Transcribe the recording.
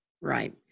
right